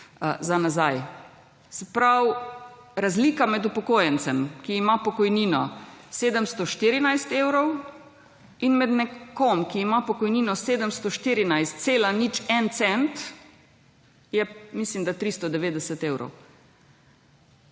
za nazaj. Se pravi, razlika med upokojencem, ki ima pokojnino 714 evrov in med nekom, ki ima pokojnino 714,01 cent, je mislim, da 390 evrov.